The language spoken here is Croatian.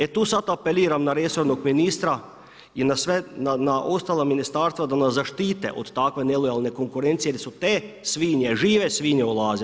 E tu sada apeliram na resornog ministra i na ostala ministarstva da nas zaštite od takve nelojalne konkurencije jer su te svinje, žive svinje ulaze.